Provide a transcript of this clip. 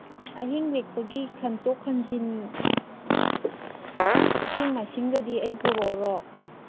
ꯑꯍꯤꯡ ꯂꯦꯛꯄꯒꯤ ꯈꯟꯇꯣꯛ ꯈꯟꯖꯤꯟ ꯏꯁꯤꯡ ꯃꯥꯏꯁꯤꯡꯒꯗꯤ ꯑꯩ ꯄꯣꯔꯛꯑꯣꯔꯣ